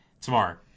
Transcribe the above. tomorrow